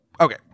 okay